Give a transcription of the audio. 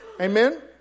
Amen